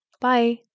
Bye